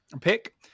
pick